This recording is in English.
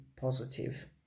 positive